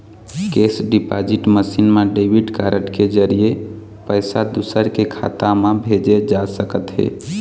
cash deposit machine म debit card के जरिए पइसा दूसर के खाता म भेजे जा सकत हे